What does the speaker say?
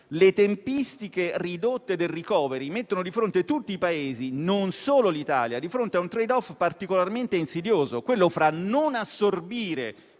le tempistiche ridotte del *recovery* mettono di fronte tutti i Paesi, non solo l'Italia, a un *trade-off* particolarmente insidioso, quello fra non assorbire